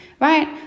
Right